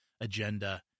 agenda